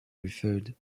referred